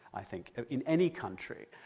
i think, in any country.